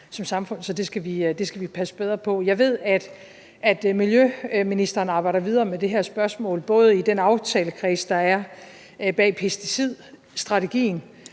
det skal vi passe bedre på. Jeg ved, at miljøministeren arbejder videre med det her spørgsmål både i den aftalekreds, der er, bag pesticidstrategien